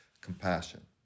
compassion